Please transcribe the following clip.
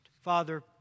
Father